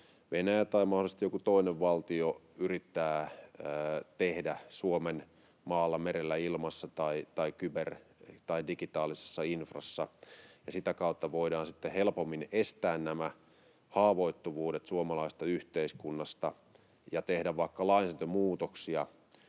Venäjä tai mahdollisesti joku toinen valtio yrittää tehdä Suomen maalla, merellä ja ilmassa tai kyber- tai digitaalisessa infrassa, ja sitä kautta voidaan sitten helpommin estää nämä haavoittuvuudet suomalaisesta yhteiskunnasta ja tehdä vaikka lainsäädäntömuutoksia,